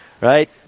right